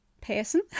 person